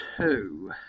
Two